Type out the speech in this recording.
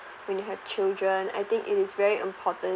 when you have children I think it is very important